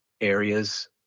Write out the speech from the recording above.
areas